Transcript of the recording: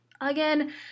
Again